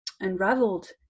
unraveled